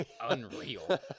Unreal